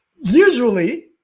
usually